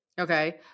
Okay